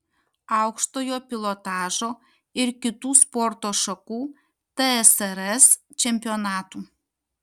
aukštojo pilotažo ir kitų sporto šakų tsrs čempionatų